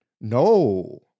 no